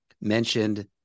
mentioned